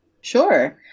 sure